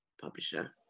publisher